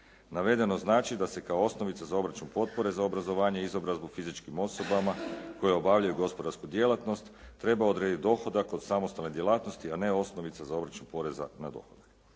Navedeno znači da se kao osnovica za obračun potpore za obrazovanje i izobrazbu fizičkim osobama koje obavljaju gospodarsku djelatnost treba odrediti dohodak od samostalne djelatnosti, a ne osnovica za obračun poreza na dohodak.